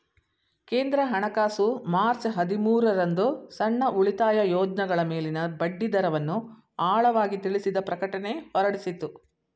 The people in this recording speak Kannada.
ಕೇಂದ್ರ ಹಣಕಾಸು ಮಾರ್ಚ್ ಹದಿಮೂರು ರಂದು ಸಣ್ಣ ಉಳಿತಾಯ ಯೋಜ್ನಗಳ ಮೇಲಿನ ಬಡ್ಡಿದರವನ್ನು ಆಳವಾಗಿ ತಿಳಿಸಿದ ಪ್ರಕಟಣೆ ಹೊರಡಿಸಿತ್ತು